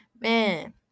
Man